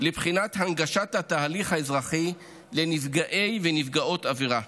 לבחינת הנגשת התהליך האזרחי לנפגעי ונפגעות עבירה.